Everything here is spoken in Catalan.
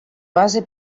base